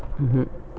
mmhmm